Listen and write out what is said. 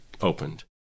opened